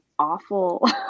Awful